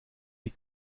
die